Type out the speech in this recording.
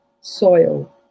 soil